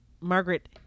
Margaret